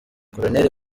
colonel